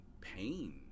pain